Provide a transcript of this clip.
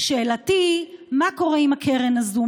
שאלותיי הן: מה קורה עם הקרן הזאת,